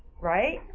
Right